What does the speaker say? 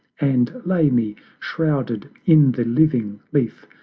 and lay me, shrouded in the living leaf,